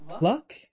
Luck